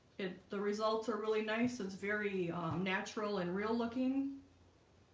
it the results are really nice it's very natural and real looking